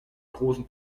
großen